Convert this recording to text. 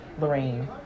Lorraine